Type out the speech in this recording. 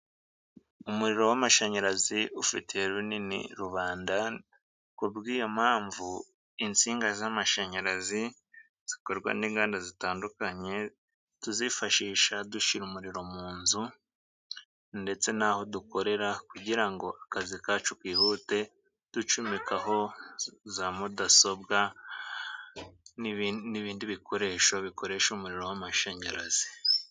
Umuriro w'amashanyarazi ufitiye runini rubanda. Kubw'iyo mpamvu insinga z'amashanyarazi zikorwa n'inganda zitandukanye, tuzifashisha dushyira umuriro mu inzu ndetse n'aho dukorera kugira ngo akazi kacu kihute. Ducumekaho za mudasobwa n'ibindi bikoresho bikoresha umuriro w'amashanyarazi.